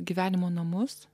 gyvenimo namus